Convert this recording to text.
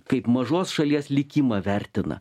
kaip mažos šalies likimą vertina